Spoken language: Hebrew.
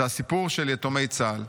זה הסיפור של יתומי צה"ל.